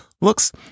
looks